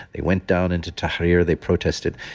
they went down into tahrir, they protested.